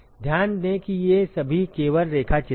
ध्यान दें कि ये सभी केवल रेखाचित्र हैं